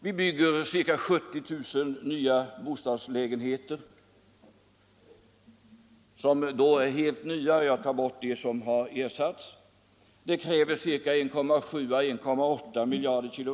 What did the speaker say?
Vi bygger ca 70 000 helt nya bostadslägenheter — jag bortser från dem som har ersatts. Det kräver 1,7-1,8 miljarder kWh.